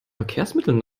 verkehrsmitteln